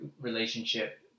relationship